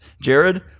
Jared